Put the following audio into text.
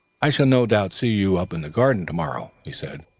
i shall no doubt see you up in the garden to-morrow, he said.